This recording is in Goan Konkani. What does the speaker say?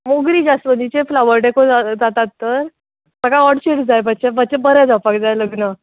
मोगरी जासवंतीचे फ्लावर डॅको जा जातात तर म्हाका ऑर्चिड्स जाय मात्शें मात्शें बरें जावपाक जाय लग्न